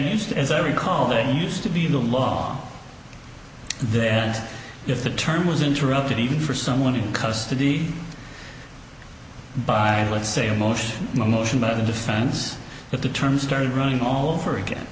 used as i recall there used to be a law the end of the term was interrupted even for someone in custody by let's say a motion no motion by the defense but the term started running all over again